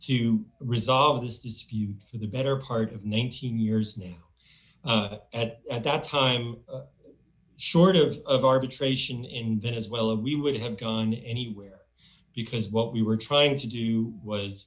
to resolve this dispute for the better part of nineteen years now and at that time short of of arbitration in venezuela we would have gone anywhere because what we were trying to do was